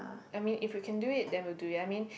I mean if we can do it then we'll do it I mean